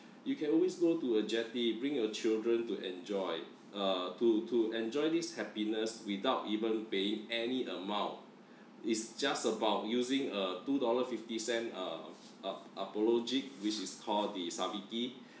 you can always go to a jetty bring your children to enjoy uh to to enjoy this happiness without even paying any amount it's just about using a two dollar fifty cents uh uh which is called the sabiki